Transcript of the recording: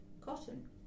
cotton